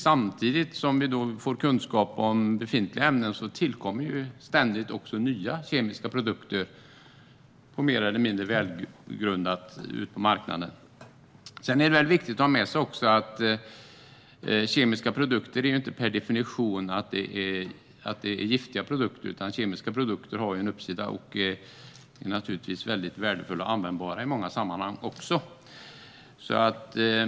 Samtidigt som vi får kunskap om befintliga ämnen kommer nya kemiska produkter, mer eller mindre välgrundat, ständigt ut på marknaden. Det är viktigt att ha med sig att kemiska produkter inte per definition är giftiga produkter. Kemiska produkter har också en positiv sida och är värdefulla och användbara i många sammanhang.